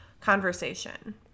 conversation